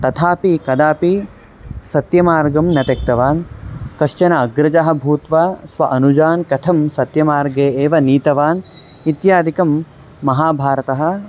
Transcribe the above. तथापि कदापि सत्यमार्गं न त्यक्तवान् कश्चन अग्रजः भूत्वा स्व अनुजान् कथं सत्यमार्गे एव नीतवान् इत्यादिकं महाभारतः